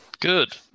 good